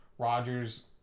Rodgers